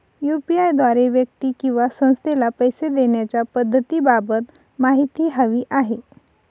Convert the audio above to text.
UPI द्वारे व्यक्ती किंवा संस्थेला पैसे देण्याच्या पद्धतींबाबत माहिती हवी आहे